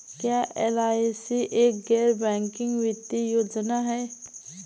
क्या एल.आई.सी एक गैर बैंकिंग वित्तीय योजना है?